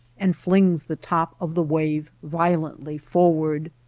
and flings the top of the wave violently forward.